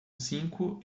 cinco